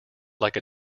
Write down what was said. like